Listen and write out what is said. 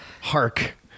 hark